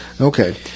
okay